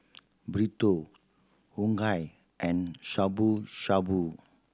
Burrito Unagi and Shabu Shabu